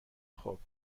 خوب